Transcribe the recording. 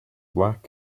black